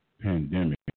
pandemic